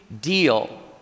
deal